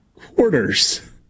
Quarters